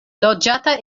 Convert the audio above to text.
loĝata